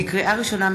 לקריאה ראשונה,